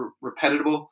repetitive